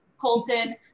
Colton